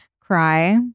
cry